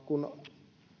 kun